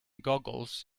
googles